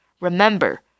Remember